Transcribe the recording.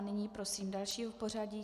Nyní prosím dalšího v pořadí.